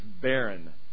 barren